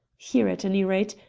here, at any rate,